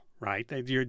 Right